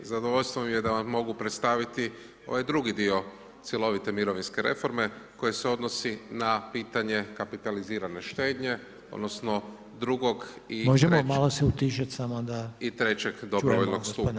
Zadovoljstvo mi je da vam mogu predstaviti ovaj drugi dio cjelovite mirovinske reforme koja se odnosi na pitanje kapitalizirane štednje, odnosno II. i III. dobrovoljnog stupa.